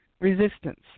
Resistance